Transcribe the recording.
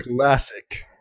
Classic